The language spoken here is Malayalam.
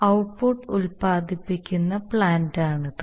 ഔട്ട്പുട്ട് ഉൽപാദിപ്പിക്കുന്ന പ്ലാന്റാണിത്